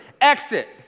Exit